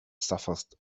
suffused